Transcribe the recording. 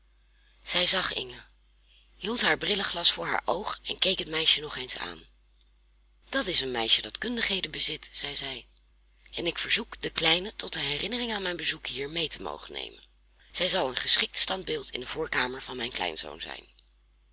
zij zag inge hield haar brilleglas voor haar oog en keek het meisje nog eens aan dat is een meisje dat kundigheden bezit zeide zij en ik verzoek de kleine tot een herinnering aan mijn bezoek hier mee te mogen nemen zij zal een geschikt standbeeld in de voorkamer van mijn kleinzoon zijn